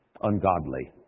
ungodly